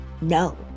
No